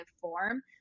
form